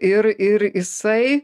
ir ir jisai